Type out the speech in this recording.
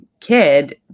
kid